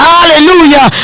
Hallelujah